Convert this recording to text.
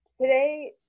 today